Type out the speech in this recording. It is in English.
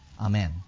Amen